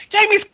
Jamie's